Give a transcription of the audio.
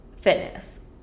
fitness